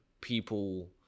people